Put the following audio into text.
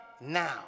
now